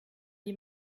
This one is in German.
die